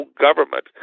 government